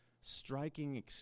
striking